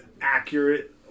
accurate